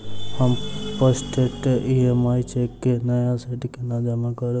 हम postdated EMI cheque केँ नया सेट केना जमा करू?